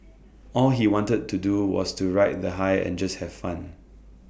all he wanted to do was to ride the high and just have fun